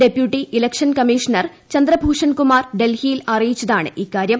deputy election commissioner Chandrabhushan Kumar ഡൽഹിയിൽ അറിയിച്ചതാണ് ഇക്കാര്യം